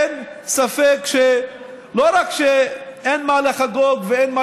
אין ספק שלא רק שאין מה לחגוג ואין מה